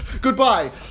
Goodbye